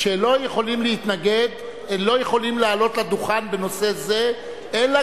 שלא יכולים לעלות לדוכן בנושא זה אלא